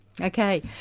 Okay